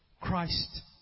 Christ